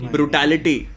Brutality